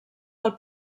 del